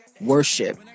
worship